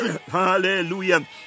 Hallelujah